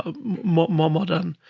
ah modern